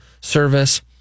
service